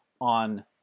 on